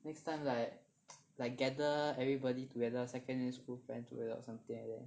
next time like like gather everybody together secondary school friend together or something like that